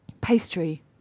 pastry